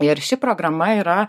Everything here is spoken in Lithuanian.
ir ši programa yra